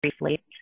Briefly